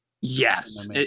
Yes